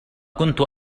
كنت